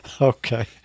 Okay